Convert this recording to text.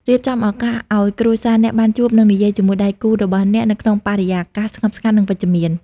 រៀបចំឱកាសឲ្យគ្រួសារអ្នកបានជួប និងនិយាយជាមួយដៃគូរបស់អ្នកនៅក្នុងបរិយាកាសស្ងប់ស្ងាត់ និងវិជ្ជមាន។